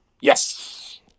yes